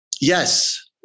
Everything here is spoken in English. Yes